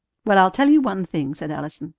well, i'll tell you one thing, said allison,